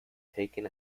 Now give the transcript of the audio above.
taken